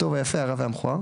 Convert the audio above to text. הטוב היפה הרע והמכוער,